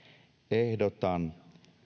ehdotan